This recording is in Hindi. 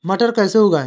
मटर कैसे उगाएं?